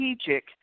strategic